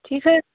ठीक है